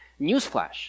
Newsflash